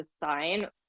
design